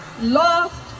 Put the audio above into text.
lost